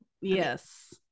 yes